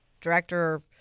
director